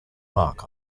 mark